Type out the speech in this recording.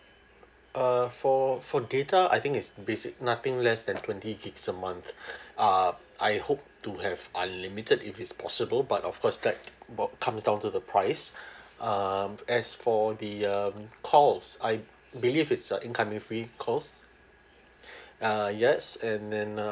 uh for for data I think it's basic nothing less than twenty gigs a month uh I hope to have unlimited if it's possible but of course like both comes down to the price um as for the um calls I believe it's uh incoming free calls uh yes and then uh